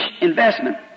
investment